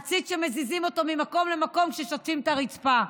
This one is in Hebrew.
עציץ שמזיזים אותו ממקום למקום כששוטפים את הרצפה.